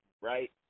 right